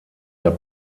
der